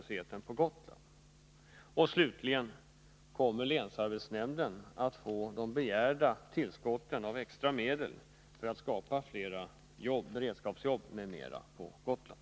Slutligen: Kommer länsarbetsnämnden att få de begärda tillskotten av extra medel för att skapa fler beredskapsjobb m.m. på Gotland?